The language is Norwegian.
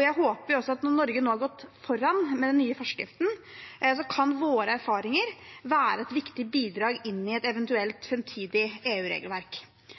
Jeg håper også at når Norge nå har gått foran med den nye forskriften, kan våre erfaringer være et viktig bidrag inn i et eventuelt